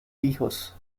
hijos